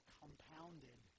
compounded